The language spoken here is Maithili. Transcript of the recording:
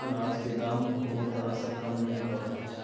अनाजके दाम कोनो तरहसँ कम नहि भऽ रहल छै